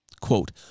Quote